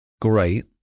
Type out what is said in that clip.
great